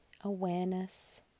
awareness